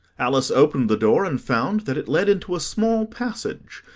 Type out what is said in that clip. alice opened the door and found that it led into a small passage,